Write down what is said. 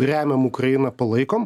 remiam ukrainą palaikom